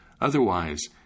otherwise